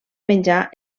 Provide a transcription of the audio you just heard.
menjar